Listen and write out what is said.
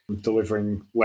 delivering